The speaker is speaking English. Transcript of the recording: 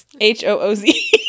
H-O-O-Z